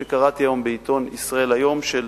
שקראתי היום בעיתון "ישראל היום" של